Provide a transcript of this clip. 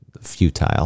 futile